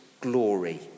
glory